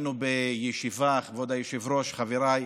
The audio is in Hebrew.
כבוד היושב-ראש, חבריי,